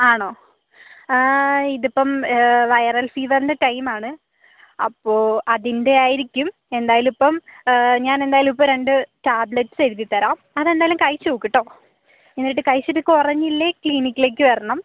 ആണോ ഇതിപ്പം വൈറൽ ഫീവർൻ്റെ ടൈമാണ് അപ്പോൾ അതിൻ്റെയായിരിക്കും എന്തായാലും ഇപ്പം ഞാനെന്തായാലും രണ്ട് ടാബ്ലെറ്റ്സ് എഴുതി തരാം അതെന്തായാലും കഴിച്ച് നോക്ക് കെട്ടോ എന്നിട്ട് കഴിച്ചിട്ട് കുറഞ്ഞില്ലേൽ ക്ലിനിക്കിലേക്ക് വരണം